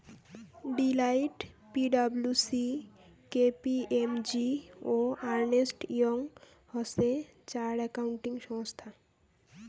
Deloitte, P W C, K P M G ও Ernst Young হসে চার accounting সংস্থা